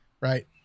right